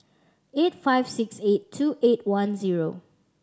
eight five six eight two eight one zero